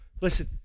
listen